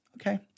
okay